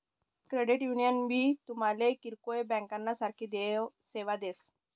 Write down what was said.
credit union भी तुमले किरकोय ब्यांकना सारखी सेवा देस